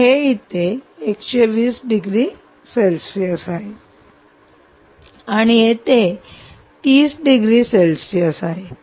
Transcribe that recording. तर हे येथे 120 डिग्री सेल्सिअस आहे आणि येथे 30 डिग्री सेल्सिअस आहे